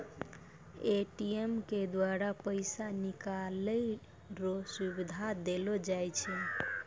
ATM के द्वारा पैसा निकालै रो सुविधा देलो जाय छै